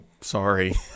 sorry